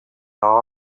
are